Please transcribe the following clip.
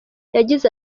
yagize